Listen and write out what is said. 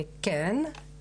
כן.